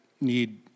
need